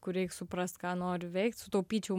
kur reik suprast ką noriu veikt sutaupyčiau